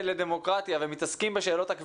יותר עמוק לדמוקרטיה לא רק בשאלה לא